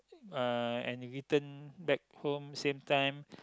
uh and return back home same time